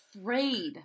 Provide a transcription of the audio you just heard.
afraid